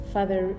Father